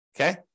Okay